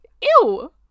Ew